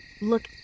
look